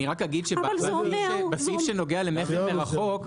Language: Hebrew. אני רק אגיד שבסעיף שנוגע למכר מרחוק,